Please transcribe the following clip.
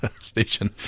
station